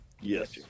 Yes